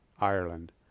Ireland